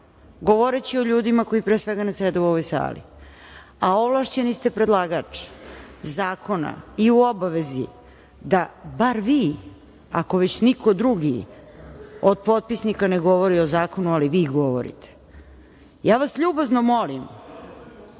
govoreći o ljudima koji pre svega ne sede u ovoj sali, a ovlašćeni ste predlagač zakona i u obavezi da bar vi, ako već niko drugi, od potpisnika ne govori o zakonu, ali vi govorite. Ljubazno vas molim,